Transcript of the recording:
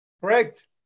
Correct